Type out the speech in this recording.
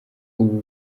ubu